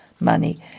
money